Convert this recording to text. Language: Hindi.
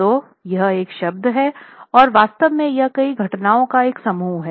तो यह एक शब्द है आर वास्तव में यह कई घटनाओं का एक समूह है